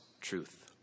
truth